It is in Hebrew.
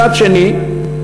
מצד שני,